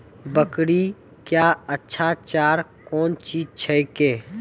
बकरी क्या अच्छा चार कौन चीज छै के?